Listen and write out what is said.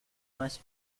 must